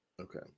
okay